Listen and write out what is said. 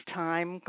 time